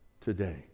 today